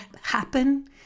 happen